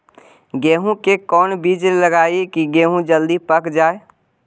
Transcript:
गेंहू के कोन बिज लगाई कि गेहूं जल्दी पक जाए?